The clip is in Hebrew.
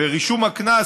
ורישום הקנס,